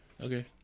Okay